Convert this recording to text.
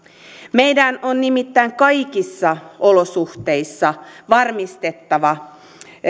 meidän on nimittäin kaikissa olosuhteissa varmistettava